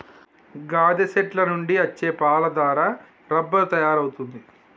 గాదె సెట్ల నుండి అచ్చే పాలు దారా రబ్బరు తయారవుతుంది